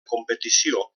competició